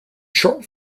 short